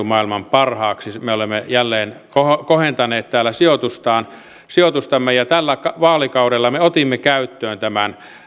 maailman parhaaksi me olemme jälleen kohentaneet sijoitustamme sijoitustamme ja tällä vaalikaudella me otimme käyttöön tämän